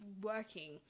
working